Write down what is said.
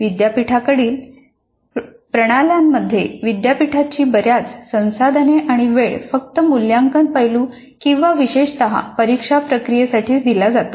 विद्यापीठातील प्रणाल्यांमध्ये विद्यापीठाची बऱ्याच संसाधने आणि वेळ फक्त मूल्यांकन पैलू किंवा विशेषत परीक्षा प्रक्रियेसाठीच दिला जातो